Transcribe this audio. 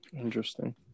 Interesting